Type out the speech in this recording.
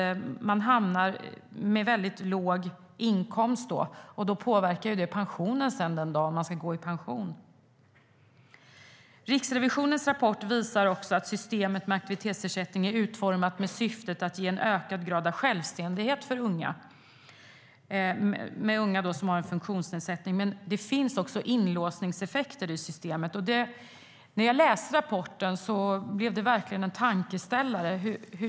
Man får en väldigt låg inkomst, och det påverkar sedan pensionen. Riksrevisionens rapport visar att systemet med aktivitetsersättning är utformat med syftet att ge en ökad grad av självständighet för unga med funktionsnedsättning. Men det finns inlåsningseffekter i systemet. När jag läste rapporten blev det verkligen en tankeställare.